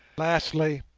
lastly,